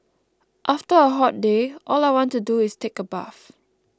after a hot day all I want to do is take a bath